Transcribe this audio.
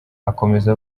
akomeza